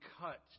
cut